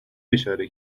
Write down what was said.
اشاره